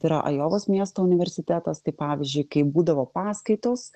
tai yra ajovos miesto universitetas tai pavyzdžiui kai būdavo paskaitos